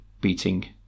beating